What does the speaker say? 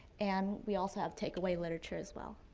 and we also have takeaway literature as well.